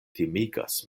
timigas